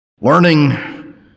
learning